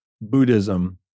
Buddhism